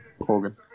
Hogan